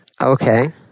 Okay